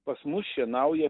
pas mus šienauja